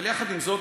אבל יחד עם זאת,